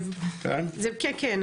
כן כן,